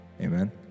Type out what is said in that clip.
Amen